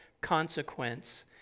consequence